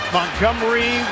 Montgomery